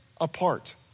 apart